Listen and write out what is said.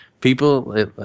people